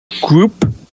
group